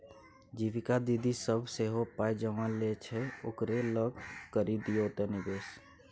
जीविका दीदी सभ सेहो पाय जमा लै छै ओकरे लग करि दियौ निवेश